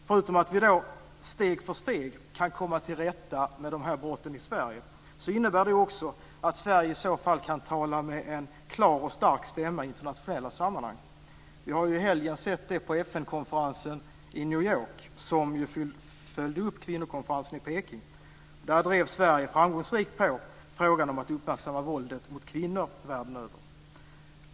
Förutom att vi då steg för steg kan komma till rätta med de här brotten i Sverige innebär det också att Sverige i så fall kan tala med en klar och stark stämma i internationella sammanhang. Vi har i helgen sett det på FN konferensen i New York, som följde upp Kvinnokonferensen i Beijing. Där drev Sverige framgångsrikt frågan om att uppmärksamma våldet mot kvinnor världen över.